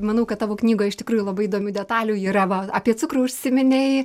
manau kad tavo knygoj iš tikrųjų labai įdomių detalių yra va apie cukrų užsiminei